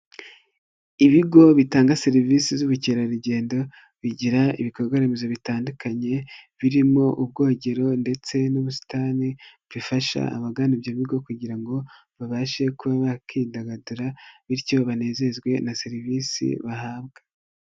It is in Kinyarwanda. Ibigo bitanga serivisi z'ubukerarugendo, bigira ibikorwaremezo bitandukanye, birimo ubwogero ndetse n'ubusitani, bifasha abagana ibyo bigo kugira ngo babashe kuba bakidagadura, bityo banezezwe na serivisi bahabwa.